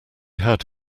had